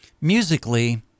musically